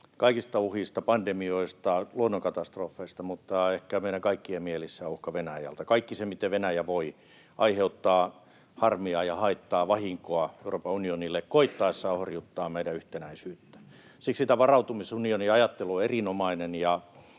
kaikista uhista — pandemioista, luonnonkatastrofeista — mutta ehkä meidän kaikkien mielissä on uhka Venäjältä, kaikki se, miten Venäjä voi aiheuttaa harmia ja haittaa, vahinkoa, Euroopan unionille koettaessaan horjuttaa meidän yhtenäisyyttä. Siksi tämä varautumisunioniajattelu on erinomainen,